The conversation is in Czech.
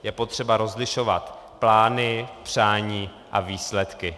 Je potřeba rozlišovat plány, přání a výsledky.